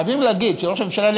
חייבים להגיד שראש הממשלה,